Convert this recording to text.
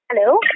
Hello